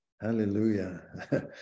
Hallelujah